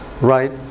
right